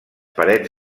parets